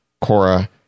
cora